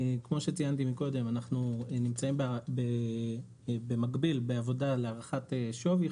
כמו שציינתי מקודם אנחנו נמצאים במקביל בעבודה על הערכת שווי.